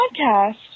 podcast